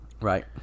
Right